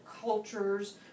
cultures